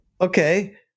okay